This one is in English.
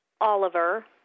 Oliver